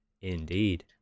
Indeed